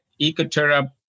Ecoterra